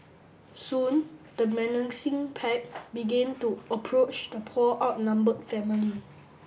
soon the menacing pack began to approach the poor outnumbered family